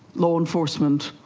law enforcement,